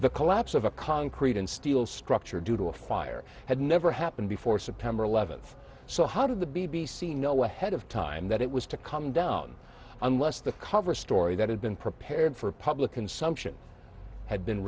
the collapse of a concrete and steel structure due to a fire has never happened before september eleventh so how did the b b c know ahead of time that it was to come down unless the cover story that had been prepared for public consumption had been